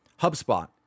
HubSpot